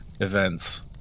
events